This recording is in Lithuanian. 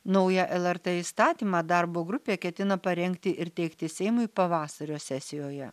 naują lrt įstatymą darbo grupė ketina parengti ir teikti seimui pavasario sesijoje